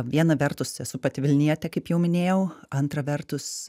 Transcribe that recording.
viena vertus esu pati vilnietė kaip jau minėjau antra vertus